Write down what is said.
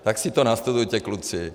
Tak si to nastudujte, kluci.